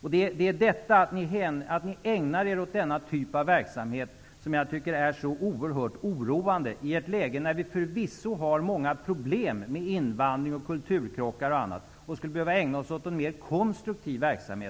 Det är detta att ni ägnar er åt denna typ av verksamhet som jag tycker är så oerhört oroande i ett läge när vi förvisso har många problem med invandring och kulturkrockar och annat och skulle behöva ägna oss åt något mera konstruktivt